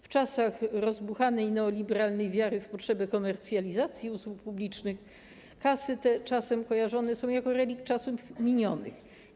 W czasach rozbuchanej neoliberalnej wiary w potrzeby komercjalizacji usług publicznych kasy te czasem kojarzone są jako relikt przeszłości.